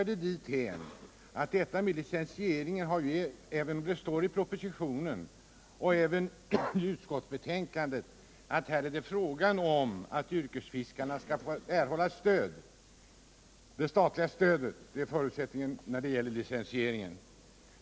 Det står i propositionen och utskottsbetänkandet att det är fråga om att yrkesfiskarna skall erhålla stöd och att det statliga stödet är förutsättningen när det gäller licensieringen.